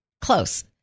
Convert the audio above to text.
Close